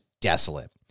desolate